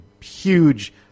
huge